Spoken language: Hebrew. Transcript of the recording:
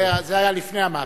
זה היה לפני המהפכה.